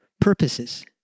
purposes